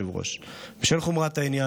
אתה אומר לי,